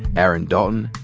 aaron dalton,